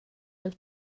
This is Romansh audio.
dal